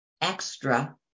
extra